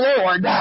Lord